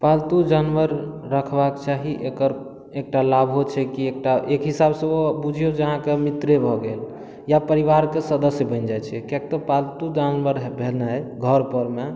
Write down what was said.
पालतू जानवर रखबाक चाही एकर एकटा लाभो छै कि एकटा एक हिसाबसँ बुझियौ जे ओहो अहाँके मित्रे भऽ गेल या परिवारके सदस्य बनि जाइ छै किएक तऽ पालतू जानवर भेनाइ घरपर मे